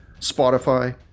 Spotify